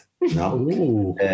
No